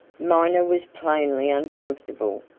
miner was plainly uncomfortable.